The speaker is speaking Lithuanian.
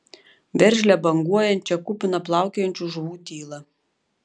veržlią banguojančią kupiną plaukiojančių žuvų tylą